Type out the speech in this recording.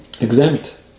exempt